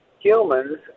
humans